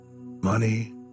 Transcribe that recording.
Money